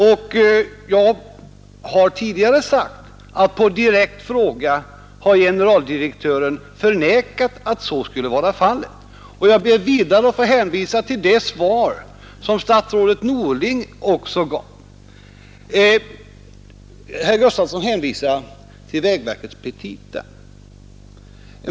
Jag har tidigare sagt att generaldirektö ren på direkt fråga förnekat att så skulle vara fallet. Jag ber vidare att få hänvisa till det svar som statsrådet Norling gav. Herr Gustafson i Göteborg hänvisar till vägverkets petita.